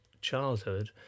childhood